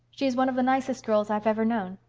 she is one of the nicest girls i've ever known.